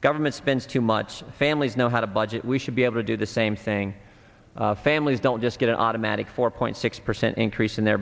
government spends too much and families know how to budget we should be able to do the same thing families don't just get an automatic four point six percent increase in their